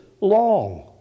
long